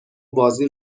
بازی